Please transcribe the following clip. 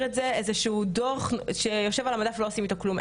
את זה איזה שהוא דו"ח שיושב על המדף ולא עושים איתו כלום.